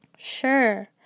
Sure